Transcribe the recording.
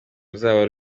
ruzaba